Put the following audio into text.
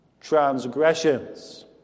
transgressions